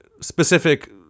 specific